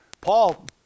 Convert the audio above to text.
Paul